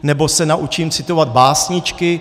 Nebo se naučím citovat básničky?